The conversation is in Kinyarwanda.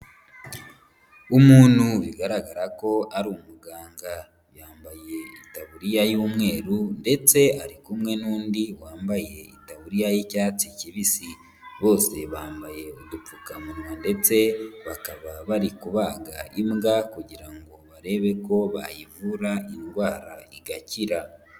Umuntu bigaragara ko ari umuganga yambaye itaburiya y'umweru ndetse ari kumwe n'undi wambaye itaburiya y'icyatsi kibisi, bose bambaye udupfukamunwa ndetse bakaba bari kubaga imbwa kugira ngo barebe ko bayivura indwara igakira.